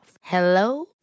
Hello